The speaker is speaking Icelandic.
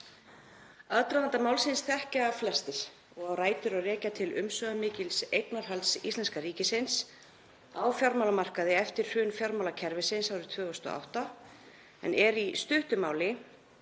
Aðdraganda málsins þekkja flestir og á rætur að rekja til umsvifamikils eignarhalds íslenska ríkisins á fjármálamarkaði eftir hrun fjármálakerfisins árið 2008 og er í stuttu máli